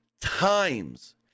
times